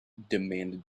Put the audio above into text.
demanded